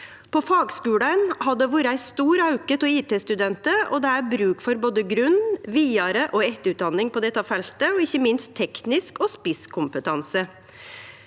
På fagskulane har det vore ein stor auke i talet på IT-studentar, og det er bruk for både grunn-, vidare- og etterutdanning på dette feltet, og ikkje minst teknisk- og spisskompetanse.